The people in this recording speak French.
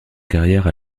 carrière